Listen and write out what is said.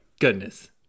goodness